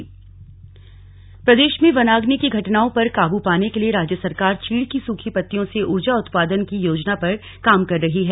योजना प्रदेश में वनाग्नि की घटनाओं पर काबू पाने के लिए राज्य सरकार चीड़ की सूखी पत्तियों से ऊर्जा उत्पादन की योजना पर काम कर रही है